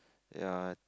ya